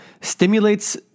stimulates